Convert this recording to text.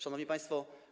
Szanowni Państwo!